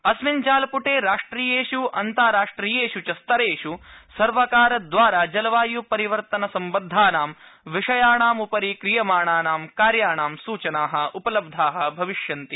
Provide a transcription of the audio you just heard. अस्मिन् जालपुटे राष्ट्रियेपु अन्ताराष्ट्रियेपु च स्तरेष् सर्वकारद्वारा जलवाय्परिवर्तन सम्बद्धानां विषयाणाम्परि क्रियमाणानां कार्याणां सूचनाः उपलब्धाः भविष्यन्ति